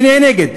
יהיה נגד.